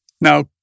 Now